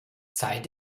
zeit